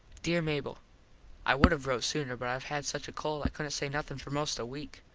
dere mable i would have rote sooner but i had such a cold i couldnt say nothin for most a weak.